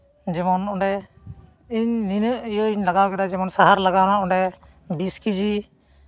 ᱡᱮᱢᱚᱱ ᱚᱸᱰᱮ ᱤᱧ ᱱᱤᱱᱟᱹᱜ ᱤᱭᱟᱹ ᱞᱟᱜᱟᱣ ᱠᱮᱫᱟ ᱡᱮᱢᱚᱱ ᱥᱟᱦᱟᱨ ᱞᱟᱜᱟᱣᱱᱟ ᱚᱸᱰᱮ ᱵᱤᱥ ᱠᱮᱡᱤ